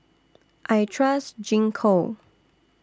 I Trust Gingko